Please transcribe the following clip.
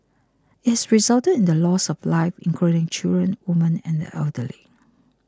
it has resulted in the loss of lives including children women and the elderly